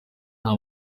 nta